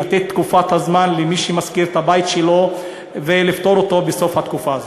לתת תקופת זמן למי שמשכיר את הבית שלו ולפטור אותו בסוף התקופה הזו.